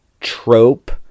trope